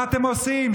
מה אתם עושים,